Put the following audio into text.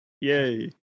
Yay